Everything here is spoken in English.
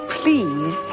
please